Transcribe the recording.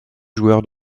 joueur